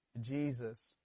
Jesus